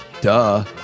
Duh